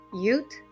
Youth